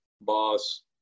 boss